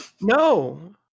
No